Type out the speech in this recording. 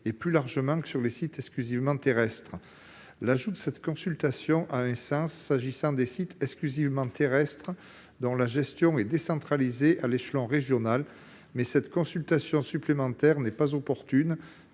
pas seulement pour les sites exclusivement terrestres. L'ajout de cette consultation a un sens s'agissant des sites exclusivement terrestres, dont la gestion est décentralisée à l'échelon régional, mais cette consultation supplémentaire n'est pas opportune